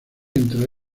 entre